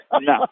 No